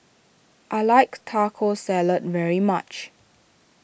I like Taco Salad very much